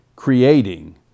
creating